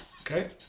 Okay